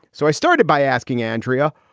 so i started by asking andrea,